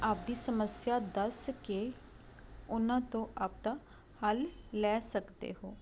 ਆਪਦੀ ਸਮੱਸਿਆ ਦੱਸ ਕੇ ਉਹਨਾਂ ਤੋਂ ਆਪਦਾ ਹੱਲ ਲੈ ਸਕਦੇ ਹੋ